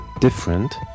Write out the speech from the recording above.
different